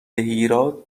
هیراد